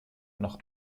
noch